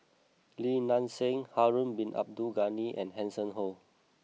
Lim Nang Seng Harun bin Abdul Ghani and Hanson Ho